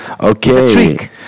Okay